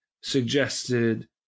suggested